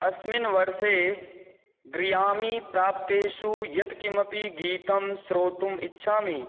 अस्मिन् वर्षे ग्र्यामी प्राप्तेषु यत्किमपि गीतं श्रोतुम् इच्छामि